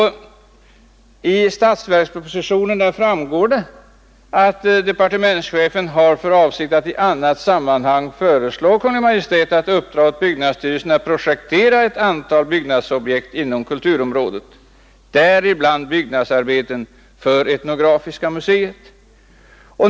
Av statsverkspropositionen framgår att departementschefen har för avsikt att i annat sammanhang föreslå Kungl. Maj:t att uppdra åt byggnadsstyrelsen att projektera ett antal byggnadsobjekt inom kulturområdet, däribland byggnadsarbeten för etnografiska museet.